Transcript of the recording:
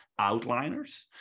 outliners